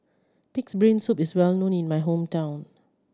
Pig's Brain Soup is well known in my hometown